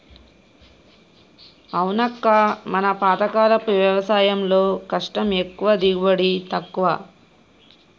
అవునక్క మన పాతకాలపు వ్యవసాయంలో కష్టం ఎక్కువ దిగుబడి తక్కువ